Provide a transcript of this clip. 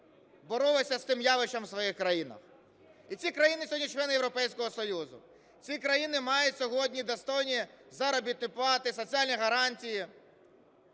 боролися з цим явищем в своїх країнах. І ці країни сьогодні – члени Європейського Союзу, ці країни мають сьогодні достойні заробітні плати, соціальні гарантії,